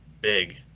big